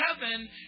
heaven